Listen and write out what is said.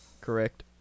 Correct